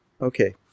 Okay